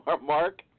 Mark